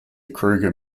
krueger